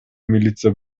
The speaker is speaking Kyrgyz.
милиция